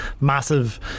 massive